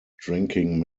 drinking